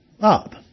up